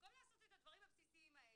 במקום לעשות את הדברים הבסיסיים האלה,